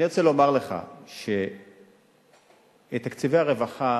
אני רוצה לומר לך שתקציבי הרווחה